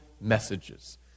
messages